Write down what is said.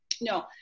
no